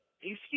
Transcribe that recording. excuse